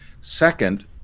Second